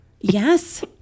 Yes